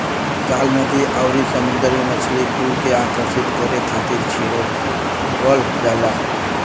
जाल नदी आउरी समुंदर में मछरी कुल के आकर्षित करे खातिर बिछावल जाला